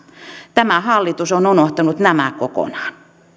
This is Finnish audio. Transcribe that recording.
tämä hallitus on unohtanut nämä kokonaan